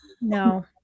No